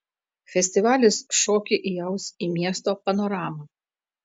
festivalis šokį įaus į miesto panoramą